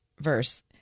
verse